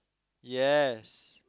yes